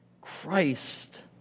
Christ